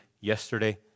yesterday